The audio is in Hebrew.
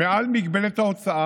מעל מגבלת ההוצאה,